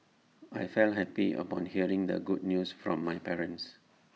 I felt happy upon hearing the good news from my parents